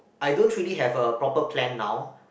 I don't really have a proper plan now